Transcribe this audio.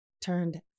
turned